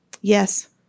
Yes